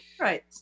Right